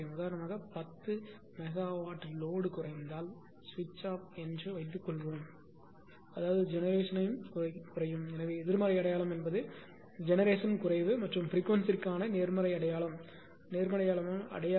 உதாரணமாக 10 megawatt load குறைந்தால் ஸ்விட்ச் ஆஃப் என்று வைத்துக்கொள்வோம் அதாவது ஜெனெரேஷன்யும் குறையும் எனவே எதிர்மறை அடையாளம் என்பது ஜெனெரேஷன் குறைவு மற்றும் பிரிக்வன்சிணிற்கான நேர்மறை அடையாளம் என்றால் நேர்மறை அடையாளம்